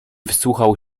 wsłuchał